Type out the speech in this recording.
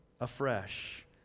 afresh